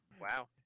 Wow